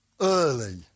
early